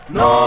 no